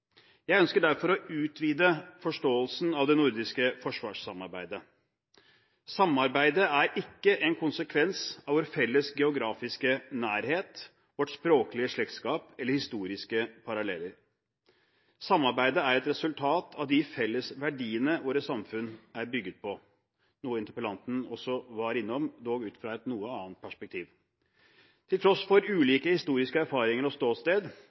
Jeg ønsker derfor å utvide forståelsen av det nordiske forsvarssamarbeidet. Samarbeidet er ikke en konsekvens av vår felles geografiske nærhet, vårt språklige slektskap eller historiske paralleller. Samarbeidet er et resultat av de felles verdiene våre samfunn er bygget på, noe interpellanten også var innom, dog ut fra et noe annet perspektiv. Til tross for ulike historiske erfaringer og ulikt ståsted